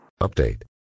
Update